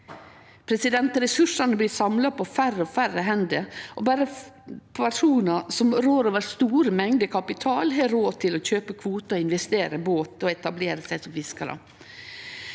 dei? Ressursane blir samla på færre og færre hender, og berre personar som rår over store mengder kapital, har råd til å kjøpe kvotar, investere i båt og etablere seg som fiskarar.